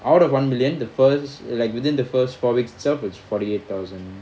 out of one million the first like within the first four weeks itself is forty eight thousand